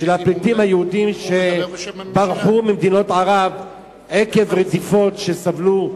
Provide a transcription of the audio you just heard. של הפליטים היהודים שברחו ממדינות ערב עקב רדיפות שסבלו,